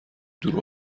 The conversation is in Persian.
دور